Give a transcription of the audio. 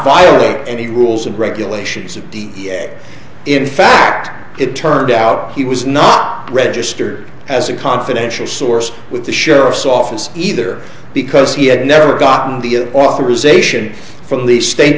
violate any rules and regulations of da in fact it turned out he was not register as a confidential source with the sheriff's office either because he had never gotten the authorization from the state